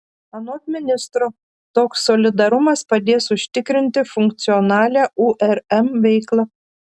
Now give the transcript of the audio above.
anot ministro toks solidarumas padės užtikrinti funkcionalią urm veiklą